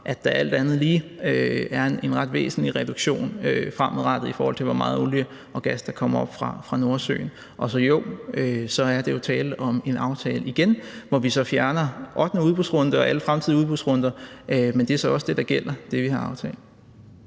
at der alt andet lige er en ret væsentlig reduktion fremadrettet, i forhold til hvor meget olie og gas der kommer op fra Nordsøen. Så jo, der er tale om en aftale – igen – hvor vi så fjerner 8. udbudsrunde og alle fremtidige udbudsrunder. Men det er så også det, der gælder. Det er det, vi har aftalt.